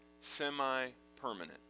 semi-permanent